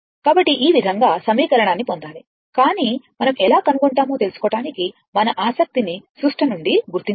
కాబట్టి ఈ విధంగా సమీకరణాన్ని పొందాలి కానీ మనం ఎలా కనుగొంటామో తెలుసుకోవటానికి మన ఆసక్తిని సుష్ట నుండి గుర్తుంచుకోండి